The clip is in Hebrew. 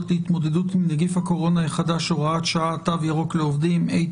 להתמודדות עם נגיף הקורונה החדש (הוראת שעה) התששפ"ב-2021.